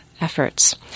efforts